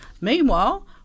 meanwhile